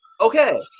Okay